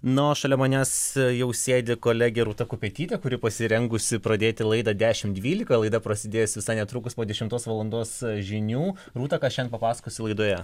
na o šalia manęs jau sėdi kolegė rūta kupetytė kuri pasirengusi pradėti laidą dešimt dvylika laida prasidės visai netrukus po dešimtos valandos žinių rūta ką šiandien papasakosi laidoje